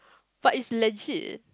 but it's legit